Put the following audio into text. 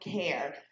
care